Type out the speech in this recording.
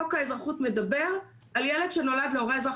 חוק האזרחות מדבר על ילד שנולד להורה אזרח